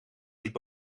liep